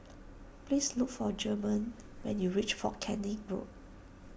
please look for German when you reach fort Canning Road